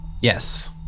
Yes